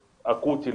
אקוטי.